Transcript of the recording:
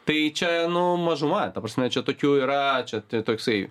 tai čia nu mažuma ta prasme čia tokių yra čia toksai